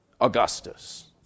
Augustus